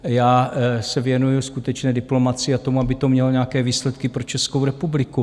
Já se věnuji skutečné diplomacii a tomu, aby to mělo nějaké výsledky pro Českou republiku.